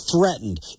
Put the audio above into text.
threatened